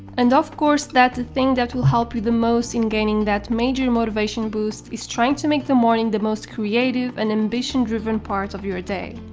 and of course that the thing that will help you the most in gaining that major motivation boost is trying to make the morning the most creative and ambition-driven part of your day.